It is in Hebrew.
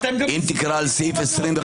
אם תקרא את סעיף 25ב